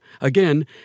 Again